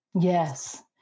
Yes